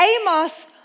Amos